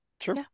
Sure